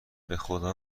بخدا